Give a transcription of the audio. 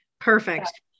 Perfect